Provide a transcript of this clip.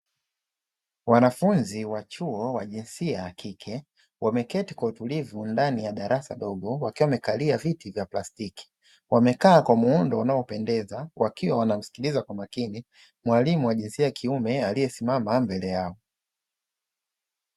Wanafunzi wa chuo wa jinsia ya kike wameketi kwa utulivu ndani ya darasa dogo wakiwa wamekalia viti vya plastiki. Wamekaa kwa muundo unaopendeza wakiwa wanamsikiliza kwa makini, mwalimu wa jinsia kiume aliyesimama mbele yao.